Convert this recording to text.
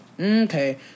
okay